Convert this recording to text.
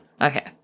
Okay